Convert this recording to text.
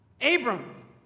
Abram